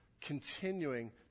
continuing